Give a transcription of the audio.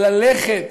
אבל ללכת